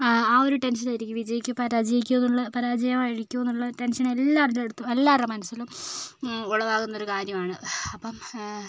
ആ ഒരു ടെൻഷൻ ആയിരിക്കും വിജയിക്കും പരാജയിക്കും എന്നുള്ള പരാജയമായിരിക്കുമോ എന്നുള്ള ടെൻഷൻ എല്ലാവരുടെ അടുത്തും എല്ലാവരുടെ മനസ്സിലും ഉളവാകുന്ന ഒരു കാര്യമാണ് അപ്പം